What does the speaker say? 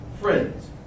friends